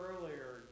earlier